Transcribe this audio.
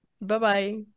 Bye-bye